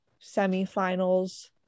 semifinals